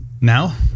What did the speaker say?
now